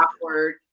awkward